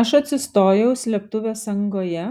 aš atsistojau slėptuvės angoje